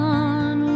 on